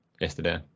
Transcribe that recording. yesterday